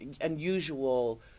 unusual